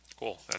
Cool